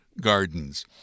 Gardens